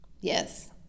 Yes